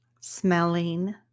smelling